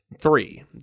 Three